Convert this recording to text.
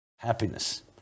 Happiness